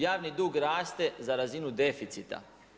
Javni dug raste za razinu deficita.